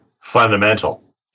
fundamental